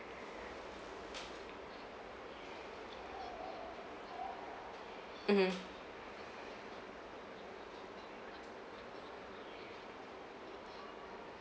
mmhmm